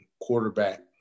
quarterback